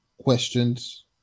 questions